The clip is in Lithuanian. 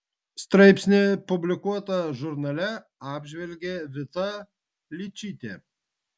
straipsnį publikuotą žurnale apžvelgė vita ličytė